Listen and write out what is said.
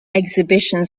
exhibition